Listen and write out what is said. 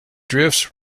drifts